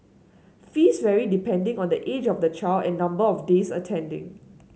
fees vary depending on the age of the child and number of days attending